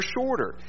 shorter